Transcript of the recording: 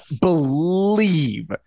believe